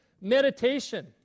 meditation